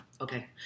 Okay